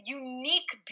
unique